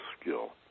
skill